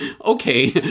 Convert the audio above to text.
Okay